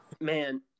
man